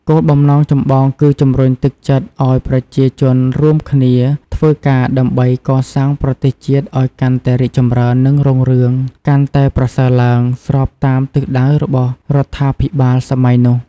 គោលបំណងចម្បងគឺជំរុញទឹកចិត្តឱ្យប្រជាជនរួមគ្នាធ្វើការដើម្បី កសាងប្រទេសជាតិឲ្យកាន់តែរីកចម្រើន និងរុងរឿង កាន់តែប្រសើរឡើង ស្របតាមទិសដៅរបស់រដ្ឋាភិបាលសម័យនោះ។